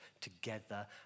together